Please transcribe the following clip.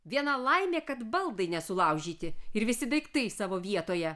viena laimė kad baldai nesulaužyti ir visi daiktai savo vietoje